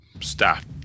staff